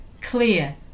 clear